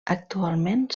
actualment